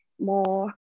more